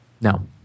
No